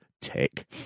tick